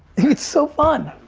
it's so fun.